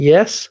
Yes